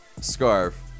scarf